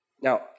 Now